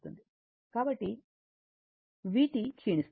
కాబట్టి vt క్షీణిస్తుంది